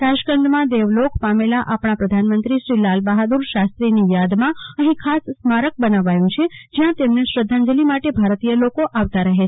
તાશ્કંદમાં દેવલોક પામેલા આપણા પ્રધાનમંત્રીશ્રી લાલબફાદુર શાસ્ત્રીની યાદમાં અફી ખાસ સ્મારક બનાવાયુ છે જયાં તેમને શ્રધ્ધાજલી માટે ભારતીય લોકો આવતા રહે છે